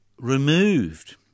removed